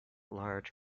large